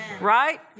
Right